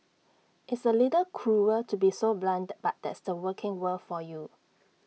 it's A little cruel to be so blunt but that's the working world for you